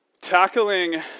tackling